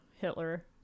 Hitler